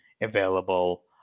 available